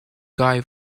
guy